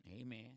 Amen